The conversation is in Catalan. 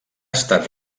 estat